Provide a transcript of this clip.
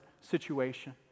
situation